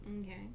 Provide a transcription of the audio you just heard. Okay